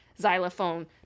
xylophone